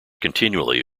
continually